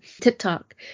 TikTok